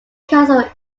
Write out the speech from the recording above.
castle